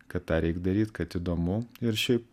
kad tą reik daryt kad įdomu ir šiaip